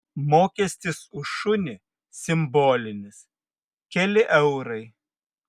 mokestis už šunį simbolinis keli eurai